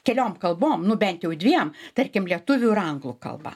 keliom kalbom nu bent jau dviem tarkim lietuvių ir anglų kalba